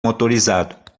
motorizado